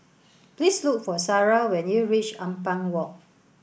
please look for Sarrah when you reach Ampang Walk